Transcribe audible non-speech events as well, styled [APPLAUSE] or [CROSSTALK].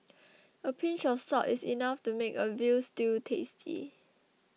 [NOISE] a pinch of salt is enough to make a Veal Stew tasty